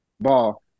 ball